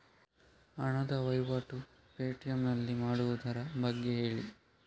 ಹಣದ ವಹಿವಾಟು ಪೇ.ಟಿ.ಎಂ ನಲ್ಲಿ ಮಾಡುವುದರ ಬಗ್ಗೆ ಹೇಳಿ